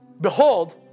Behold